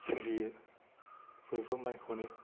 सोलियो बयबो माइखौनो